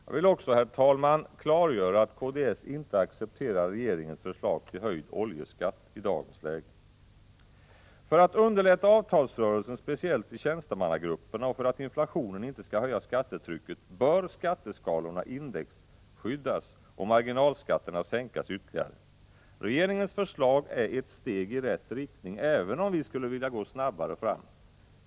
Jag vill också, herr talman, klargöra att kds inte accepterar regeringens förslag till höjd oljeskatt i dagens läge. För att avtalsrörelsen skall underlättas, speciellt i tjänstemannagrupperna, och för att inflationen inte skall höja skattetrycket bör skatteskalorna indexskyddas och marginalskatterna sänkas ytterligare. Regeringens förslag är ett steg i rätt riktning även om vi skulle vilja gå snabbare fram.